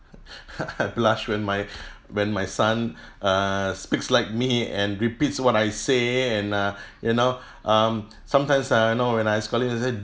I blush when my when my son err speaks like me and repeats what I say and uh you know um sometimes uh you know when I scold him I say